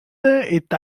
est